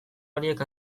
horiek